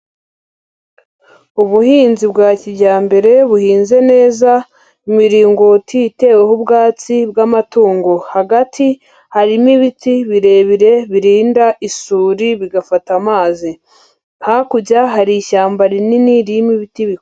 Ubuhinzi bwa kijyambere buhinze neza, imiringoti iteweho ubwatsi bw'amatungo, hagati harimo ibiti birebire birinda isuri bigafata amazi. Hakurya hari ishyamba rinini, ririmo ibiti bi...